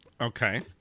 okay